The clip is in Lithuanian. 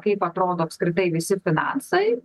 kaip atrodo apskritai visi finansai